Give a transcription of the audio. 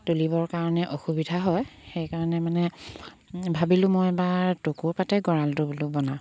তুলিবৰ কাৰণে অসুবিধা হয় সেইকাৰণে মানে ভাবিলোঁ মই এবাৰ টকৌ পাতে বোলো গঁৰালটো বনাওঁ